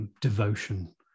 devotion